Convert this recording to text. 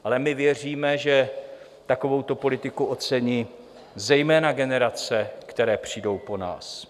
Ale my věříme, že takovouto politiku ocení zejména generace, které přijdou po nás.